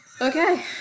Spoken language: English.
Okay